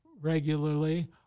regularly